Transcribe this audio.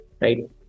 right